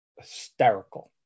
hysterical